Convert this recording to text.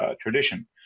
tradition